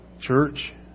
church